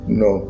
no